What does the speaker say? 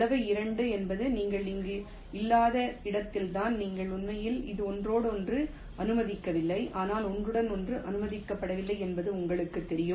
செலவு இரண்டு என்பது நீங்கள் இங்கு இல்லாத இடத்தில்தான் நீங்கள் உண்மையில் இது ஒன்றுடன் ஒன்று அனுமதிக்கவில்லை ஆனால் ஒன்றுடன் ஒன்று அனுமதிக்கப்படவில்லை என்பது உங்களுக்குத் தெரியும்